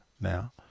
now